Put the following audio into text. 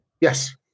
Yes